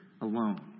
alone